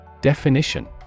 Definition